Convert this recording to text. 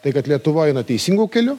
tai kad lietuva eina teisingu keliu